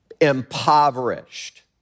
impoverished